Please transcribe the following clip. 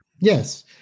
Yes